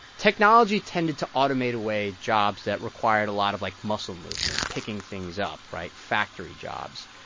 technology tended to automate away jobs that required a lot of, like, muscle movement, picking things up right? factory jobs,